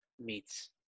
Meats